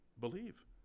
believe